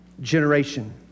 Generation